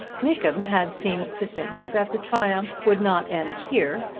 nickem had seemed to think that the triumph would not end here,